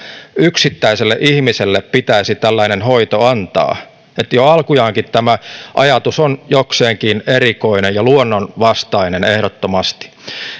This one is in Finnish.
yksittäiselle ihmiselle pitäisi tällainen hoito antaa jo alkujaankin tämä ajatus on jokseenkin erikoinen ja luonnonvastainen ehdottomasti